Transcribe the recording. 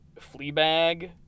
Fleabag